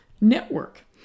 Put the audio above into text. network